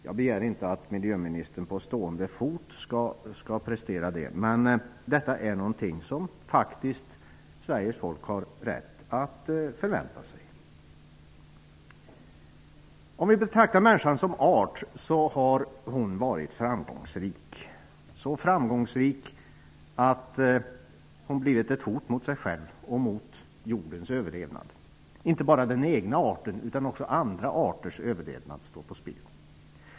Jag begär inte att miljöministern på stående fot skall prestera det, men det är någonting som Sveriges folk faktiskt har rätt att förvänta sig. Om vi betraktar människan som art så har hon varit framgångsrik -- så framgångsrik att hon blivit ett hot mot sig själv och mot jordens överlevnad. Inte bara den egna artens utan också andra arters överlevnad står på spel.